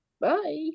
Bye